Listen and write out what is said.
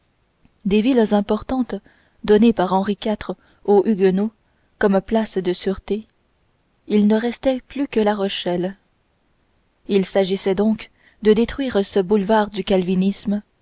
des villes importantes données par henri iv aux huguenots comme places de sûreté il ne restait plus que la rochelle il s'agissait donc de détruire ce dernier boulevard du calvinisme